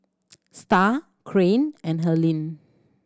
Starr Caryn and Helyn